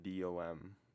DOM